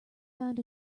found